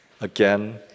again